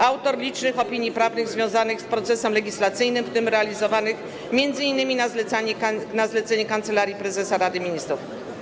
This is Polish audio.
Autor licznych opinii prawnych związanych z procesem legislacyjnym, w tym realizowanych m.in. na zlecenie Kancelarii Prezesa Rady Ministrów.